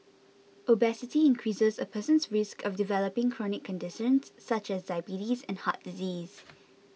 obesity increases a person's risk of developing chronic conditions such as diabetes and heart disease